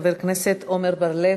חבר הכנסת עמר בר-לב.